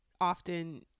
often